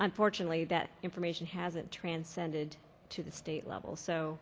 unfortunately that information hasn't transcended to the state level. so